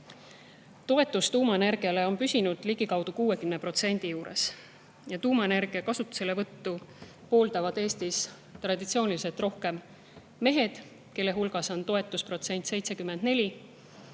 Toetus tuumaenergiale on püsinud ligikaudu 60% juures. Tuumaenergia kasutuselevõttu pooldavad Eestis traditsiooniliselt rohkem mehed, kelle hulgas on toetusprotsent 74,